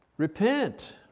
Repent